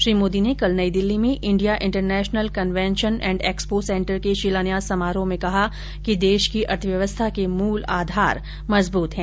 श्री मोदी ने कल नई दिल्ली में India international convention and expo centre के शिलान्यास समारोह में कहा कि देश की अर्थव्यवस्था के मूल आधार मजबूत हैं